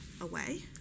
away